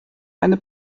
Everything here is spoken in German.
eine